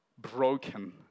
broken